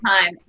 time